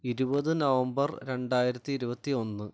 ഇരുപത് നവംബർ രണ്ടായിരത്തി ഇരുപത്തി ഒന്ന്